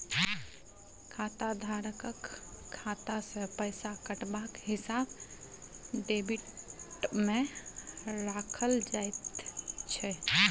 खाताधारकक खाता सँ पैसा कटबाक हिसाब डेबिटमे राखल जाइत छै